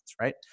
right